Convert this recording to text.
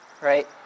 right